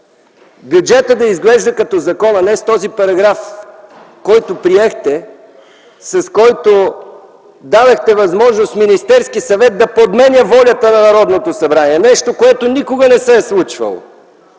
бюджетът да изглежда като закон, а не с този параграф, който приехте и с който дадохте възможност Министерският съвет да подменя волята на Народното събрание – нещо, което никога не се е случвало,